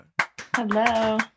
Hello